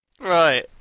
Right